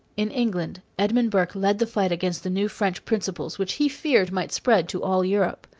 in england, edmund burke led the fight against the new french principles which he feared might spread to all europe.